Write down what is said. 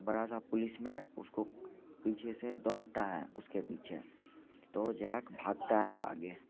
बड़ा सा पुलिस में उसको पीछे से दौड़ता है उसके पीछे तो जैक भागता है आगे